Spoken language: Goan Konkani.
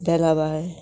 बेलाबाय